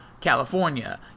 California